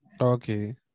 Okay